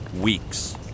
weeks